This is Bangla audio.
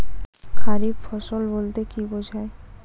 খারিফ ফসল বলতে কী বোঝায়?